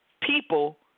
people